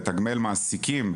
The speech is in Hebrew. לתגמל מעסיקים,